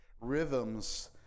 rhythms